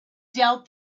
doubt